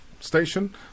station